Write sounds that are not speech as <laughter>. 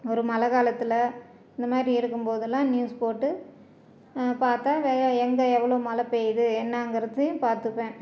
ஒரு மழக்காலத்துல இந்த மாதிரி இருக்கும்போதெல்லாம் நியூஸ் போட்டு பாத்தா <unintelligible> எங்கே எவ்வளோ மழ பெய்யுது என்னாங்கிறதையும் பார்த்துப்பேன்